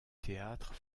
théâtre